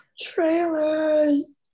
trailers